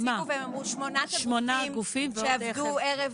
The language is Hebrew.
הם הציגו ואמרו שמונת הגופים שעבדו ערב